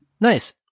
Nice